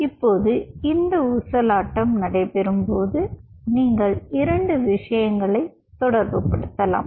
இப்போது இந்த ஊசலாட்டம் நடை பெறும்போது நீங்கள் 2 விஷயங்களை தொடர்புபடுத்தலாம்